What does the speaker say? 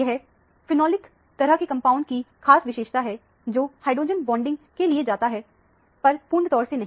यह फेनोलिक तरह के कंपाउंड की खास विशेषता है जो हाइड्रोजन बॉन्डिंग के लिए जाता है पर पूर्ण तौर से नहीं